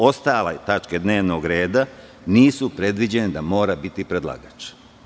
Ostale tačke dnevnog reda nisu predviđene da mora biti predlagač.